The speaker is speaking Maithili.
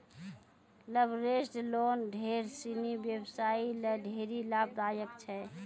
लवरेज्ड लोन ढेर सिनी व्यवसायी ल ढेरी लाभदायक छै